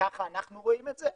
וככה אנחנו רואים את זה,